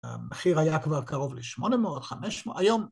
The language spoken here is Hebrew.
‫המחיר היה כבר קרוב ל-800, 500. ‫היום...